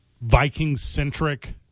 Viking-centric